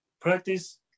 Practice